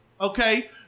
Okay